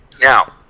now